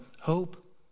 hope